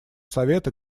совета